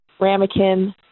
ramekin